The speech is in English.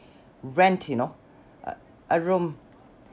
rent you know a a room